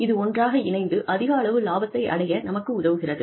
இது ஒன்றாக இணைந்து அதிகளவு இலாபத்தை அடைய நமக்கு உதவுகிறது